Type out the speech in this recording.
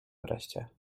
wreszcie